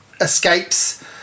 escapes